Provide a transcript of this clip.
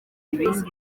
perezida